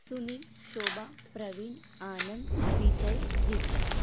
Sunil Shobha Praveen Anand Vijay Divya